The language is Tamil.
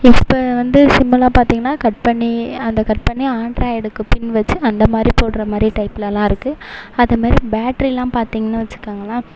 இப்போ வந்து சிம்மலாம் பார்த்தீங்கன்னா கட் பண்ணி அந்த கட் பண்ணி ஆண்ட்ராய்டுக்கு பின் வெச்சு அந்த மாதிரி போடுற மாதிரி டைப்லலாம் இருக்கு அது மாதிரி பேட்ரிலாம் பார்த்தீங்னா வெச்சிக்கோங்களேன்